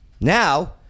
Now